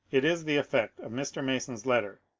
it is the effect of mr. mason's letter,